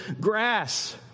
grass